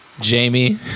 jamie